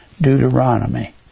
Deuteronomy